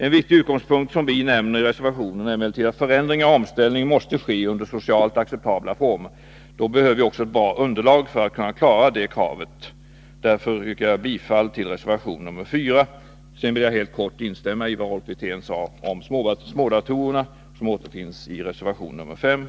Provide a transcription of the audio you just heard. En viktig utgångspunkt som vi nämner i reservationen är emellertid att förändringar och omställningar måste ske under socialt acceptabla former. Då behöver vi också ett bra underlag för att kunna klara det kravet. Därför yrkar jag bifall till reservation nr 4. Sedan vill jag helt kort instämma i det som Rolf Wirtén sade om smådatorerna och som återfinns i reservation nr 5.